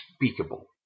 unspeakable